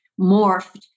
morphed